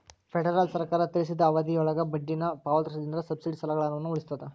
federal ಸರ್ಕಾರ ತಿಳಿಸಿದ ಅವಧಿಯೊಳಗ ಬಡ್ಡಿನ ಪಾವತಿಸೋದ್ರಿಂದ ಸಬ್ಸಿಡಿ ಸಾಲಗಳ ಹಣವನ್ನ ಉಳಿಸ್ತದ